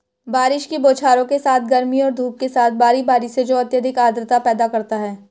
बारिश की बौछारों के साथ गर्मी और धूप के साथ बारी बारी से जो अत्यधिक आर्द्रता पैदा करता है